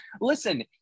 listen